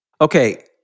Okay